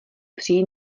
přijít